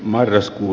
marraskuu